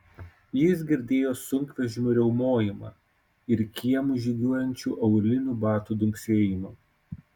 jis girdėjo sunkvežimių riaumojimą ir kiemu žygiuojančių aulinių batų dunksėjimą